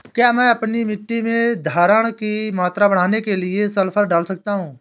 क्या मैं अपनी मिट्टी में धारण की मात्रा बढ़ाने के लिए सल्फर डाल सकता हूँ?